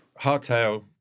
hardtail